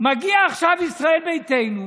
מגיעה עכשיו ישראל ביתנו,